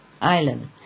island